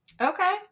Okay